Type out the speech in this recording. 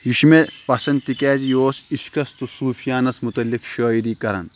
یہِ چھُ مےٚ پَسَنٛد تِکیٛازِ یہِ اوس عشقَس تہٕ صوٗفیانَس مُتعلق شٲعری کَران